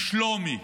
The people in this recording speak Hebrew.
לשלומי,